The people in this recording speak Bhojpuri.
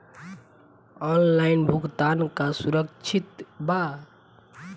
ऑनलाइन भुगतान का सुरक्षित बा?